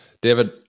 david